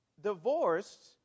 divorced